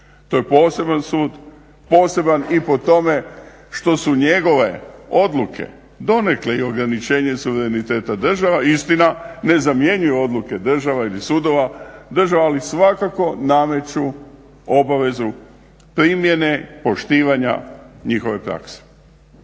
To je poseban sud, poseban i po tome što su njegove odluke donekle i ograničenje suvereniteta država istina ne zamjenjuju odluke država ili sudova, država ali svakako nameću obavezu primjene poštivanja njihove prakse.